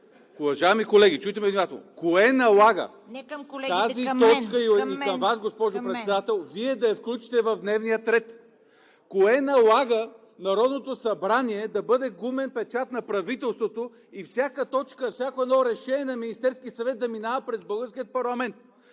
Не към колегите – към мен! ДРАГОМИР СТОЙНЕВ: …и към Вас, госпожо Председател, Вие да я включите в дневния ред?! Кое налага Народното събрание да бъде гумен печат на правителството и всяка точка, всяко едно решение на Министерския съвет да минава през българския парламент?!